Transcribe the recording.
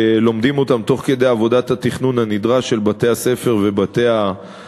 שלומדים אותן תוך כדי עבודת התכנון הנדרש של בתי-הספר ובתי-החולים.